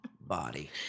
body